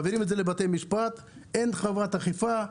מעבירים את זה לבתי משפט, אין חובת אכיפה,